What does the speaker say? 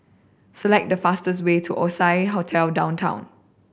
select the fastest way to Oasia Hotel Downtown